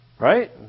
Right